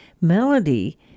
melody